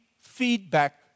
feedback